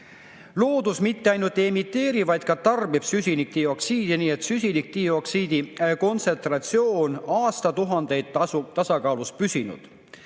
Loodus mitte ainult ei emiteeri, vaid ka tarbib süsinikdioksiidi. Nii et süsinikdioksiidi kontsentratsioon on aastatuhandeid tasakaalus püsinud.